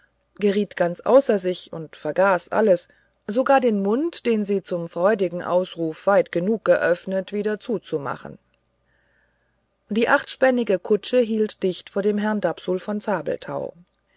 geriet ganz außer sich und vergaß alles sogar den mund den sie zum freudigen ausruf weit genug geöffnet wieder zuzumachen die achtspännige kutsche hielt dicht vor dem herrn dapsul von